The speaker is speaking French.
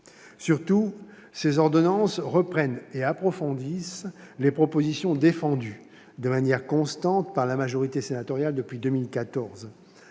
Surtout, ces ordonnances reprennent et approfondissent des propositions défendues de manière constante par la majorité sénatoriale depuis 2014.